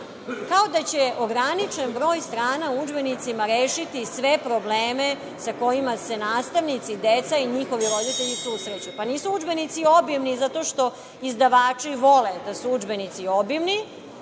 kao da će ograničen broj strana u udžbenicima rešiti sve probleme sa kojima se nastavnici, deca i njihovi roditelji susreću. Pa, nisu udžbenici obimni zato što izdavači vole da su udžbenici obimni,